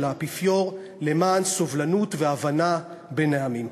האפיפיור למען סובלנות והבנה בין העמים.